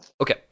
Okay